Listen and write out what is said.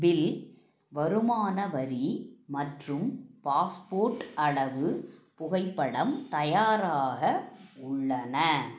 bill வருமான வரி மற்றும் பாஸ்போர்ட் அளவு புகைப்படம் தயாராக உள்ளன